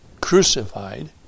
crucified